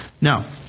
Now